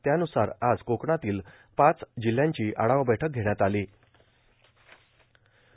त्यानुसार आज कोकणातील पाच जिल्ह्यांची आढावा बैठक घेण्यात आलो